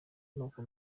moko